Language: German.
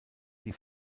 die